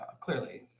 clearly